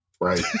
Right